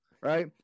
right